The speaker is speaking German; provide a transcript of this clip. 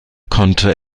konnte